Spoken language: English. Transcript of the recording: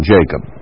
Jacob